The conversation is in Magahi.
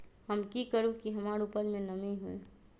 हम की करू की हमार उपज में नमी होए?